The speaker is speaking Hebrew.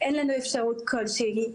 אין לנו אפשרות כלשהי,